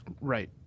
Right